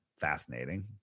fascinating